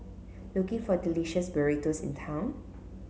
looking for delicious burritos in town